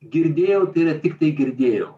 girdėjau tai yra tiktai girdėjau